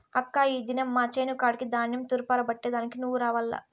అక్కా ఈ దినం మా చేను కాడికి ధాన్యం తూర్పారబట్టే దానికి నువ్వు రావాల్ల